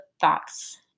thoughts